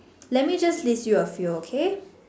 let me just list you a few okay